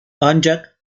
ancak